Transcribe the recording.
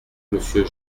monsieur